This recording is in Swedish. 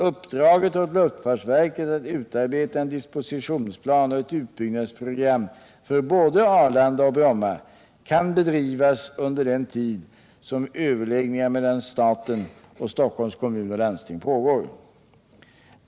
Uppdraget åt luftfartsverket att utarbeta en dispositionsplan och ett utbyggnadsprogram för både Arlanda och Bromma kan bedrivas under den tid som överläggningarna mellan staten och Stockholms kommun och landsting pågår.